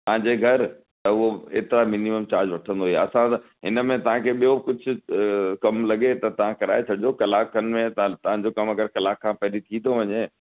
तव्हांजे घर त उहो नि एतिरा मिनिमम चार्ज वठंदो ई आहे असां त हिन में तव्हांखे ॿियो बि कुझु कमु लॻे त तव्हां कराए छॾिजो कलाकु खनि में तव्हां तव्हां जो कमु अगरि कलाकु खां पहिरीं थी थो वञे